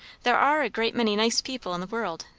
there are a great many nice people in the world.